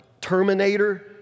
terminator